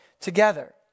together